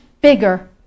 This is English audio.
bigger